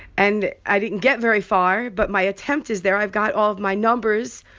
and i didn't get very far. but my attempt is there. i've got all of my numbers,